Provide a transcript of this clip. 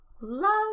love